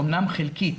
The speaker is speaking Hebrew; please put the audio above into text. אמנם חלקית,